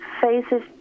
faces